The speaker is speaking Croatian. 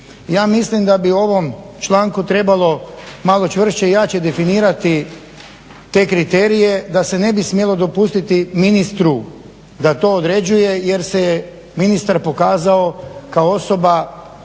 Ja mislim da bi u ovom članku trebalo malo čvršće i jače definirati te kriterije, da se ne bi smjelo dopustiti ministru da to određuje jer se ministar pokazao kao osoba